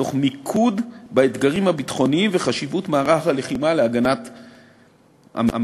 תוך מיקוד באתגרים הביטחוניים ובחשיבות מערך הלחימה להגנת המדינה.